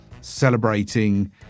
celebrating